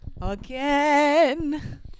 Again